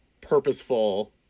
purposeful